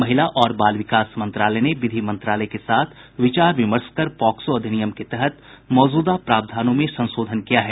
महिला और बाल विकास मंत्रालय ने विधि मंत्रालय के साथ विचार विमर्श कर पॉक्सो अधिनियम के तहत मौजूदा प्रावधानों में संशोधन किया है